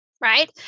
right